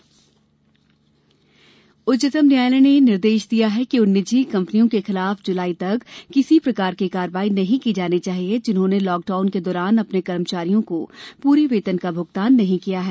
उच्चतम न्यायालय वायरस उच्चतम न्यायालय ने निर्देश दिया है कि उन निजी कम्पनियों के खिलाफ जुलाई तक किसी प्रकार की कार्रवाई नहीं की जानी चाहिए जिन्होंने लॉकडाउन के दौरान अपने कर्मचारियों को पूरे वेतन का भुगतान नहीं किया है